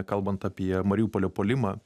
kalbant apie mariupolio puolimą